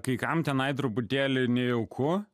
kai kam tenai truputėlį nejauku